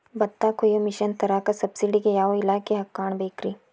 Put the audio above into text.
ಭತ್ತ ಕೊಯ್ಯ ಮಿಷನ್ ತರಾಕ ಸಬ್ಸಿಡಿಗೆ ಯಾವ ಇಲಾಖೆ ಕಾಣಬೇಕ್ರೇ?